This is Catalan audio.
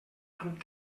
amb